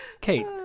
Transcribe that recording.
Kate